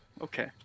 okay